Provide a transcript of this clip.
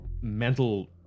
mental